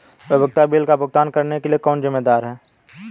उपयोगिता बिलों का भुगतान करने के लिए कौन जिम्मेदार है?